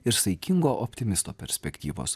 ir saikingo optimisto perspektyvos